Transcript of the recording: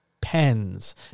pens